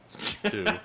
two